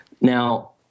Now